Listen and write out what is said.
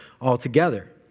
altogether